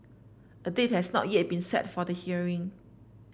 a date has not yet been set for the hearing